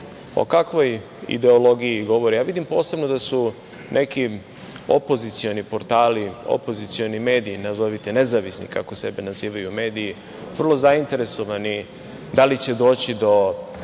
O kakvoj se ideologiji govori? Vidim posebno da su neki opozicioni portali, opozicioni mediji, nazovite nezavisni, kako sebe nazivaju mediji, vrlo zainteresovani da li će doći do